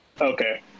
Okay